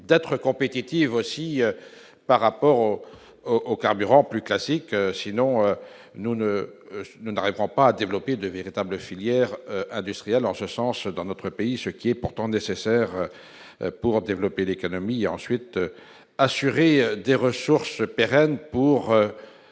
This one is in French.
d'être compétitive aussi par rapport au au carburant plus classique, sinon nous ne nous ne répond pas à développer de véritables filières industrielles en ce sens dans notre pays, ce qui est pourtant nécessaire pour développer l'économie ensuite assurer des ressources pérennes pour